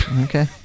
Okay